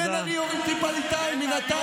מירב בן ארי, הורים טריפוליטאים מנתניה.